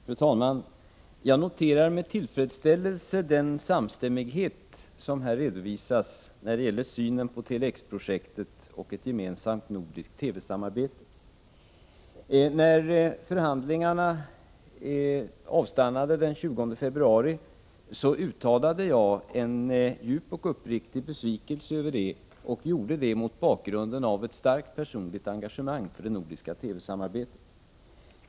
Fru talman! Jag noterar med tillfredsställelse den samstämmighet som här redovisas när det gäller synen på Tele-X-projektet och ett gemensamt nordiskt TV-samarbete. När förhandlingarna avstannade den 20 februari uttalade jag en djup och uppriktig besvikelse över det. Jag gjorde det mot bakgrund av ett starkt personligt engagemang för det nordiska TV-samarbetet.